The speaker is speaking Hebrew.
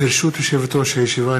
ברשות יושבת-ראש הישיבה,